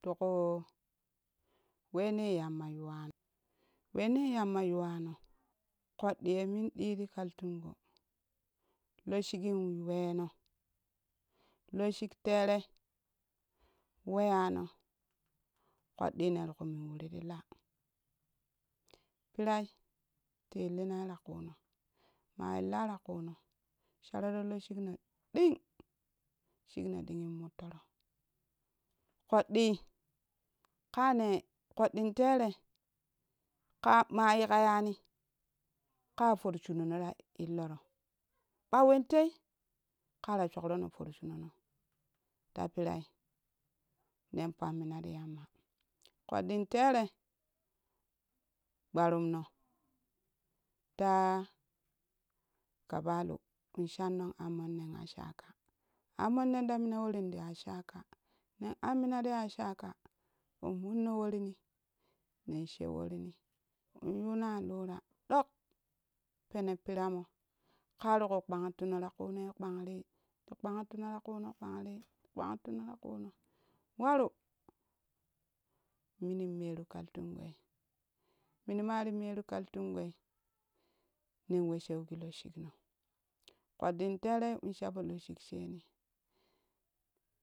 Ti kuu wene yamma yuwano wenee yamma yuwano ƙo ɗɗia yemun ɗi ti kaltungo loshikgin we weno loshik-tere we yano ƙoɗ ɗii neripo min wiri ti laa pirai ti illinai ta kuno ma illa ta kuno sharoro loshikno ɗing shigno ɗingin muttoroo ƙoɗɗi kanei koɗin tere ka ma yuka yani ka for shunono ta illoro ɓa wentei ƙara shkro no forushunon ta pirai ner pamminati yamma ƙoɗɗin tere gbarumno taa kabalu ln shannon ammonnen ashaka ammonnen ti mina worin to ashaka nen ammina ti ashaka wa munno worinni nen she worimmi. ln yuno allura ɗok pene piiramo kati ku kpainti no ta kuunoi kpanri tikpa kpantino ta kunei kpainri li kpaintino waru min un meru kaltungoi mina mari meru kaltungoi nen we shengi loshigno koɗɗin terei in sha po loshik sheni